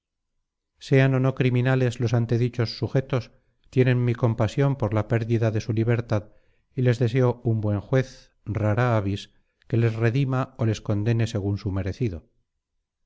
sean o no criminales los antedichos sujetos tienen mi compasión por la pérdida de su libertad y les deseo un buen juez rara avis que les redima o les condene según su merecido